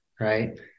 right